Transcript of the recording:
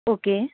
okay